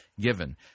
given